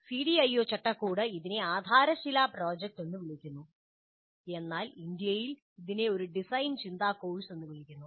CDIO ചട്ടക്കൂട് ഇതിനെ ആധാരശില പ്രോജക്റ്റ് എന്ന് വിളിക്കുന്നു എന്നാൽ ഇന്ത്യയിൽ ഇതിനെ ഒരു ഡിസൈൻ ചിന്താ കോഴ്സ് എന്ന് ഞങ്ങൾ വിളിക്കുന്നു